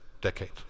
decade